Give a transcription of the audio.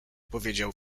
powiedział